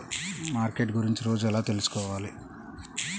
Market గురించి రోజు ఎలా తెలుసుకోవాలి?